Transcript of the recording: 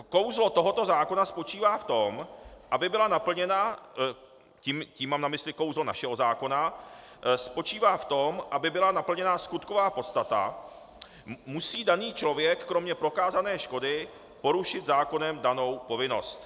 Kouzlo tohoto zákona spočívá v tom, aby byla naplněna, tím mám na mysli kouzlo našeho zákona, spočívá v tom aby byla naplněna skutková podstata, musí daný člověk kromě prokázané škody porušit zákonem danou povinnost.